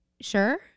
sure